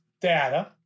data